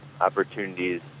opportunities